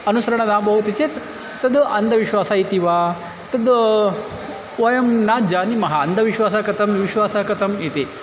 अनुसरणं न भवति चेत् तद् अन्धविश्वासः इति वा तद् वयं न जानीमः अन्धविश्वासः कथं विश्वासः कथम् इति